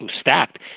stacked